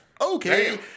Okay